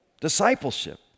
discipleship